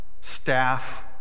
staff